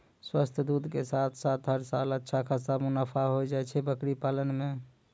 स्वस्थ दूध के साथॅ साथॅ हर साल अच्छा खासा मुनाफा होय जाय छै बकरी पालन मॅ